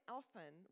often